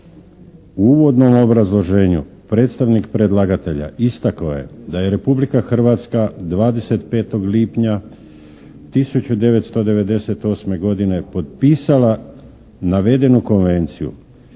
U uvodnom obrazloženju predstavnik predlagatelja istakao je da je Republika Hrvatska 25. lipnja 1998. godine potpisala navedenu Konvenciju